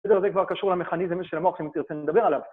וזה כבר קשור למכניסם של המוח, שאם תרצה נדבר עליו.